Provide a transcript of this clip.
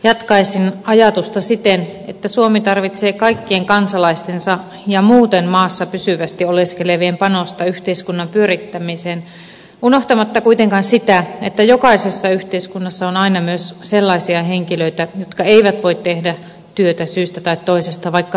jatkaisin ajatusta siten että suomi tarvitsee kaikkien kansalaistensa ja muuten maassa pysyvästi oleskelevien panosta yhteiskunnan pyörittämiseen unohtamatta kuitenkaan sitä että jokaisessa yhteiskunnassa on aina myös sellaisia henkilöitä jotka eivät voi tehdä työtä syystä tai toisesta vaikka haluaisivatkin